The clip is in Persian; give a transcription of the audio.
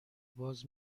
باز